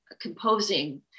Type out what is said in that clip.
composing